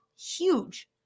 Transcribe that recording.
Huge